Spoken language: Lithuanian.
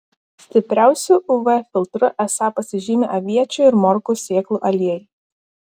stipriausiu uv filtru esą pasižymi aviečių ir morkų sėklų aliejai